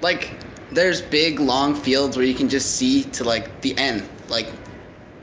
like there is big long fields where you can just see to like the end, like